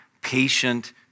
patient